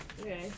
Okay